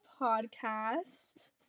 Podcast